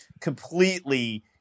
completely